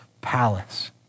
Palace